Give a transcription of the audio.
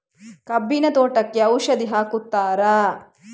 ಕಬ್ಬಿನ ತೋಟಕ್ಕೆ ಔಷಧಿ ಹಾಕುತ್ತಾರಾ?